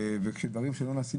וכשדברים שלא נעשים,